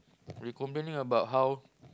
we complaining about how